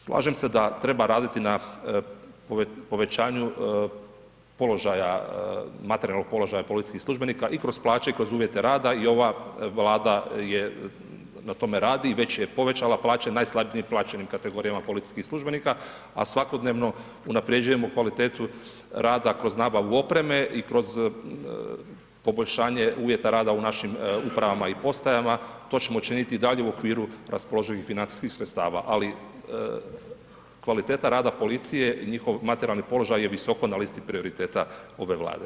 Slažem se da treba raditi povećanju položaja, materijalnog položaja policijskih službenika i kroz plaće i kroz uvjete rada i ova Vlada je na tome radi i već je povećala plaće najslabije plaćenim kategorijama policijskih službenika, a svakodnevno unaprjeđujemo kvalitetu rada kroz nabavu opreme i kroz poboljšanje uvjeta rada u našim upravama i postajama, to ćemo činiti i dalje u okviru raspoloživih financijskih sredstava, ali kvaliteta rada policije i njihov materijalni položaj je visoko na listi prioriteta ove Vlade.